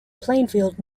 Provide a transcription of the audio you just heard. plainfield